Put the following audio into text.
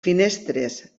finestres